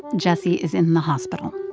jessie is in the hospital.